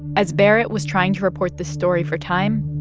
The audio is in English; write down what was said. as barrett was trying to report the story for time,